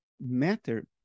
matter